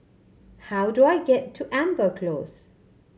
how do I get to Amber Close